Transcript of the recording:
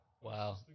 wow